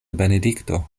benedikto